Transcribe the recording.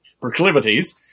proclivities